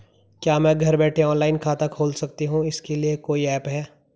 क्या मैं घर बैठे ऑनलाइन खाता खोल सकती हूँ इसके लिए कोई ऐप है?